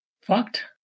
fucked